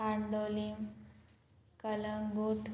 Candolim Calangute